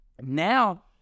now